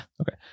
okay